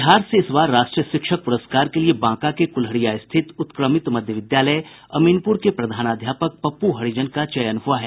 बिहार से इस बार राष्ट्रीय शिक्षक पुरस्कार के लिए बांका के कुल्हरिया स्थित उत्क्रमित मध्य विद्यालय अमीनपुर के प्रधानाध्यापक पप्पू हरिजन का चयन हुआ है